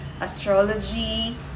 astrology